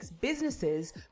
businesses